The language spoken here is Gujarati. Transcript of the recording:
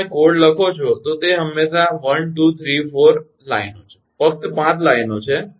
જો તમે કોડ લખો છો તો તે હંમેશાં 1 2 3 4 લાઈનો છે ફક્ત 5 લાઈનો છે